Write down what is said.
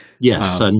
yes